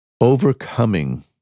overcoming